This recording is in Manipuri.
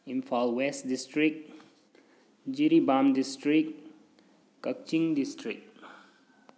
Imphal west district Jiribam district Kakching district